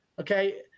okay